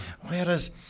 Whereas